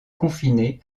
confinés